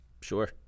Sure